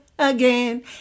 Again